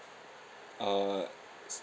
uh